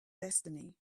destiny